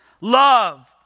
love